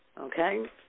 Okay